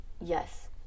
Yes